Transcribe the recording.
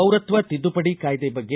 ಪೌರತ್ವ ತಿದ್ದುಪಡಿ ಕಾಯ್ದೆ ಬಗ್ಗೆ